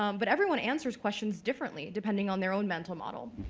um but everyone answers questions differently, depending on their own mental model.